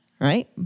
right